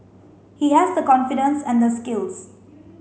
he has the confidence and the skills